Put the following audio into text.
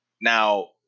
now